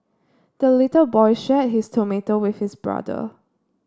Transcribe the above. the little boy shared his tomato with his brother